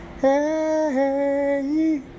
Hey